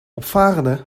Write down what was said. opvarenden